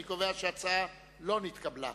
אני קובע שההצעה לא נתקבלה.